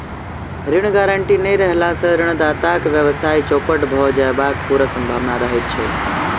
ऋण गारंटी नै रहला सॅ ऋणदाताक व्यवसाय चौपट भ जयबाक पूरा सम्भावना रहैत छै